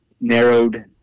narrowed